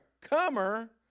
comer